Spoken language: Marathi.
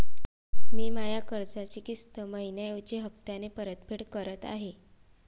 मी माया कर्जाची किस्त मइन्याऐवजी हप्त्याले परतफेड करत आहे